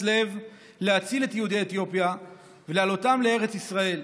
לב להציל את יהודי אתיופיה ולהעלותם לארץ ישראל,